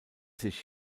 sich